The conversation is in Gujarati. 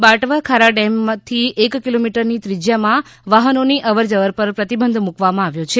બાટવા ખારા ડેમથી એક કિલોમીટરની ત્રિજ્યામાં વાહનોની અવરજવર પર પ્રતિબંધ મૂકવામાં આવ્યો છે